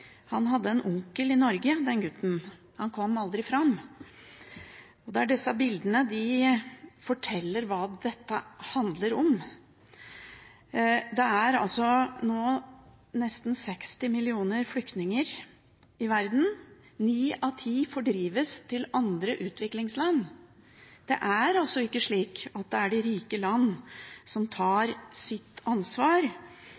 han døde. Han hadde en onkel i Norge, den gutten, han kom aldri fram. Disse bildene forteller hva dette handler om. Det er nå nesten 60 millioner flyktninger i verden. Ni av ti fordrives til andre utviklingsland. Det er altså ikke slik at det er de rike landene som tar sitt ansvar